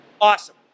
Awesome